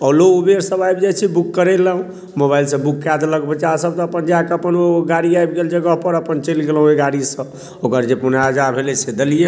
ओलो उबेर सभ आबि जाइत छै बुक करेलहुँ मोबाइलसँ बुक कै देलक बच्चा सभ तऽ अपन जाय कऽ अपन ओ गाड़ी आबि गेल जगह पर अपन चलि गेलहुँ ओहि गाड़ीसँ ओकर जे पुण्याजा भेलै से देलियै